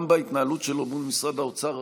גם בהתנהלות שלו מול משרד האוצר,